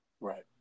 right